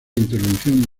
intervención